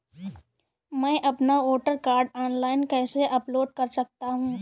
मैं अपना voter card online कैसे अपलोड कर सकता हूँ?